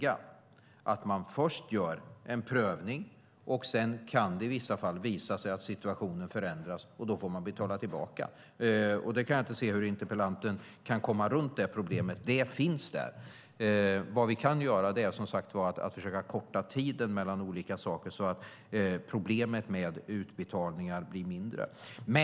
Sedan tror jag ju att det är om inte oundvikligt så i alla fall svårundvikligt att det i vissa fall visa sig att situationen förändras, och då får man betala tillbaka. Jag kan inte se hur interpellanten kan komma runt det problemet. Det finns där. Vad vi kan göra är som sagt att försöka korta tiden mellan olika saker så att problemet med utbetalningar blir mindre.